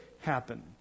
happen